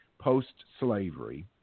post-slavery